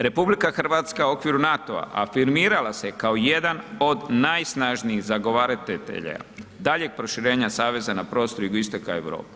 RH u okviru NATO-a afirmirala se kao jedan od najsnažnijih zagovaratelja daljeg proširenja saveza na prostor jugoistoka Europa.